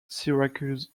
syracuse